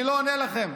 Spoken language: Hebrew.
אני לא עונה לכם.